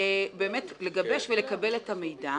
לגבש ולקבל את המידע.